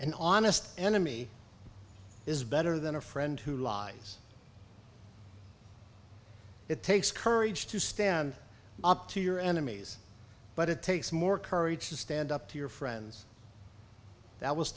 this enemy is better than a friend who lies it takes courage to stand up to your enemies but it takes more courage to stand up to your friends that was